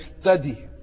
study